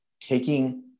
taking